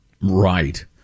Right